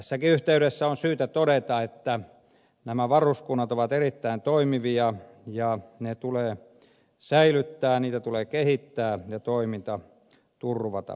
tässäkin yhteydessä on syytä todeta että nämä varuskunnat ovat erittäin toimivia ja ne tulee säilyttää niitä tulee kehittää ja niiden toiminta turvata